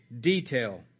detail